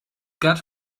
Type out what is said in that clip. get